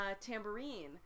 tambourine